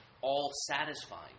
all-satisfying